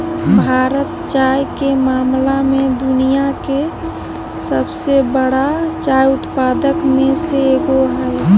भारत चाय के मामला में दुनिया के सबसे बरा चाय उत्पादक में से एगो हइ